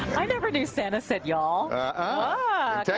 i never knew santa said y'all. aah.